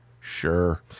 Sure